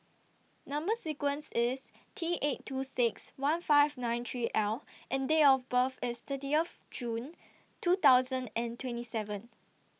Number sequence IS T eight two six one five nine three L and Date of birth IS thirty of June two thousand and twenty seven